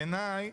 בעיניי